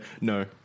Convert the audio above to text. No